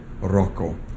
Rocco